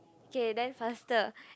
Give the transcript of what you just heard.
K then faster